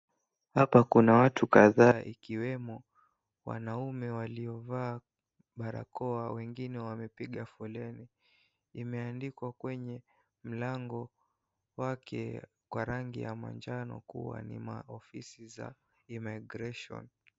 Hapa kuna watu kadhaa ikiwemo wanaume waliovaa barakoa wengine wamepiga foleni imeandikwa kwenye mlango wake kwa rangi ya manjano kuwa ni maofisi za immigration .